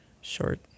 short